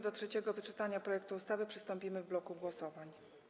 Do trzeciego czytania projektu ustawy przystąpimy w bloku głosowań.